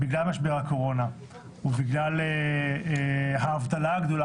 בגלל משבר הקורונה ובגלל האבטלה הגדולה